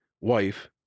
wife